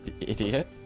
Idiot